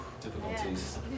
difficulties